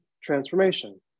transformation